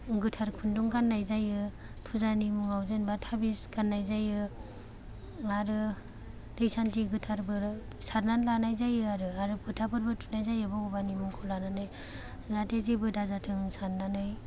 गोथार खुनदुं गाननाय जायो फुजानि मुं आव जेन'बा टाबिस गाननाय जायो आरो दै सानथि गोथार बो सारना लानाय जायो आरो आरो फोथा फोरबो थुनाय जायो भगबाननि मुं खौ लानानै जाहाथे जेबो दाजाथों साननानै